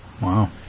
wow